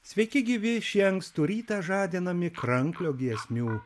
sveiki gyvi šį ankstų rytą žadinami kranklio giesmių